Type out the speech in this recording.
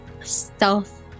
stealth